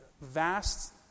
vast